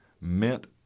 meant